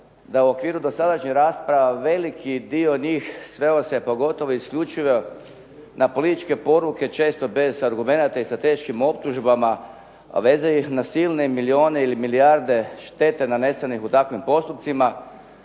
da u okviru dosadašnje rasprave veliki dio njih sveo se pogotovo i isključivo na političke poruke često bez argumenata i sa teškim optužbama vezanih na silne milijune ili milijarde štete nanesenih u takvim postupcima